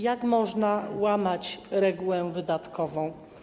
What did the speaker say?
Jak można łamać regułę wydatkową?